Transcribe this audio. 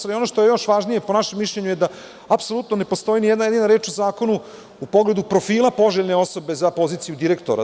Ali, ono što je još važnije po našem mišljenju je da apsolutno ne postoji ni jedna jedina reč u zakonu u pogledu profila poželjne osobe za poziciju direktora.